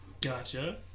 Gotcha